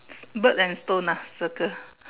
bird and stone lah circle